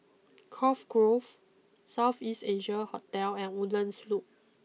Cove Grove South East Asia Hotel and Woodlands Loop